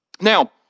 Now